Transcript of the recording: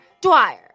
Dwyer